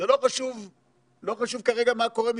זה לא חשוב כרגע מה קורה מסביב,